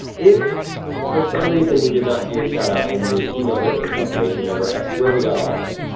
if for some reason, we did not do your shout-out and you had emailed it with your confirmation number, i swear we got all of them.